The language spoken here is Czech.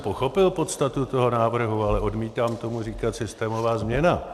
Pochopil jsem podstatu toho návrhu, ale odmítám tomu říkat systémová změna.